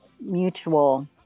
mutual